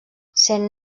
sent